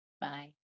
Bye